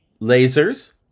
lasers